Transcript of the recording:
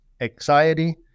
anxiety